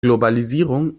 globalisierung